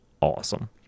awesome